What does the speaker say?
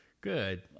good